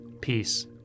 peace